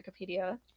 wikipedia